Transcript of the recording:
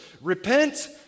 Repent